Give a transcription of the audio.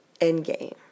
Endgame